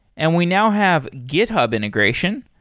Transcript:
and we now have github integration.